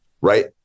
right